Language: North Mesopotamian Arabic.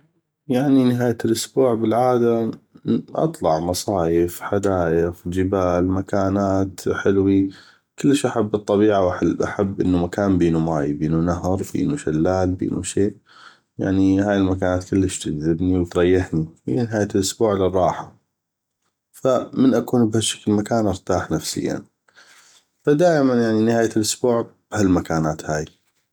يعني نهايه الاسبوع بالعاده اطلع مصايف حدايق جبال مكانات حلوي كلش احب الطبيعه واحب انو مكان بينو ماي بينو شلال نهر فدشي يعني هاي المكانات كلش تجذبني وتريحني هي نهايه الاسبوع للراحه ف من اكون بهشكل مكان أنا ارتاح نفسيا ف دائما يعني نهاية الاسبوع بهالمكانات هاي